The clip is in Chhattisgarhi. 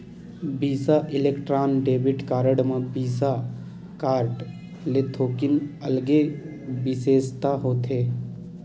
बिसा इलेक्ट्रॉन डेबिट कारड म बिसा कारड ले थोकिन अलगे बिसेसता होथे